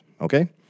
okay